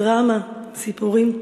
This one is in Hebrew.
דרמה, סיפורים.